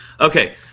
Okay